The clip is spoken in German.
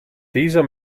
dieser